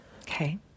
Okay